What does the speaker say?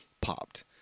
popped